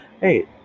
Hey